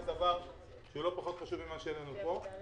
דבר שהוא לא פחות חשוב ממה שהעלינו פה,